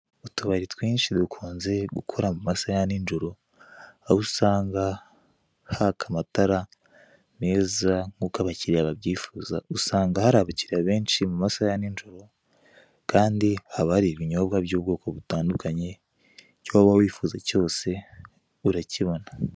Utubari twinshi dukunze gukora mu masaha ya nijoro, aho usanga haka amatara meza nk'uko abakiriya babyifuza; usanga hari abakiriya benshi mu masaha ya nijoro, kandi haba hari ibinyobwa by'ubwoko butandukanye; icyo waba wifuza cyose urakibona.